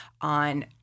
on